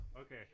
Okay